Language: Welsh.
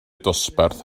dosbarth